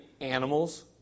animals